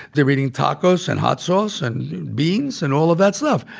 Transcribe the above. they're eating tacos and hot sauce and beans and all of that stuff.